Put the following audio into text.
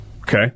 Okay